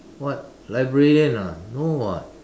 what librarian ah no [what]